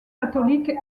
catholiques